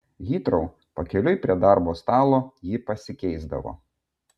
hitrou pakeliui prie darbo stalo ji pasikeisdavo